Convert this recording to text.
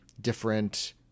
different